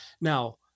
Now